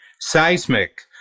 seismic